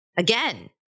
Again